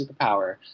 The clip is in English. superpower